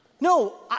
No